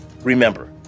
Remember